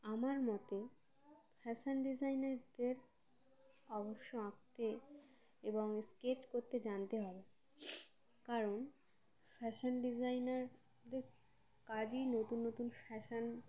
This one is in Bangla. আমার মতে ফ্যাশান ডিজাইনারদের অবশ্য আঁকতে এবং স্কেচ করতে জানতে হবে কারণ ফ্যাশান ডিজাইনারদের কাজই নতুন নতুন ফ্যাশান